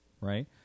right